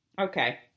Okay